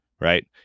right